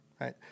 right